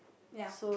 ya